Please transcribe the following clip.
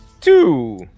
Two